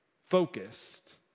focused